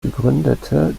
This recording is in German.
gegründete